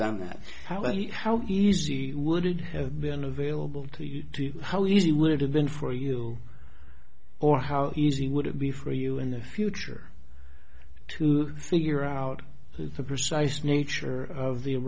done that how many how easy would it have been available to you to how easy would it have been for you or how easy would it be for you in the future to figure out who's the precise nature of the